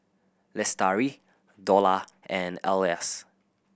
Lestari Dollah and Elyas